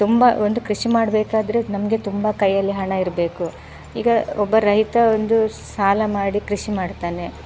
ತುಂಬ ಒಂದು ಕೃಷಿ ಮಾಡಬೇಕಾದ್ರೆ ನಮಗೆ ತುಂಬ ಕೈಯಲ್ಲಿ ಹಣ ಇರಬೇಕು ಈಗ ಒಬ್ಬ ರೈತ ಒಂದು ಸಾಲ ಮಾಡಿ ಕೃಷಿ ಮಾಡ್ತಾನೆ